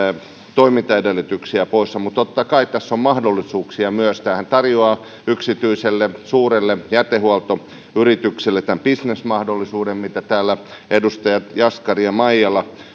toimintaedellytyksiä pois mutta totta kai tässä on mahdollisuuksia myös tämähän tarjoaa yksityiselle suurelle jätehuoltoyritykselle tämän bisnesmahdollisuuden mitä täällä edustajat jaskari ja maijala